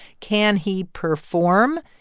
can he perform?